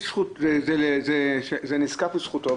זה נזקף לזכותו,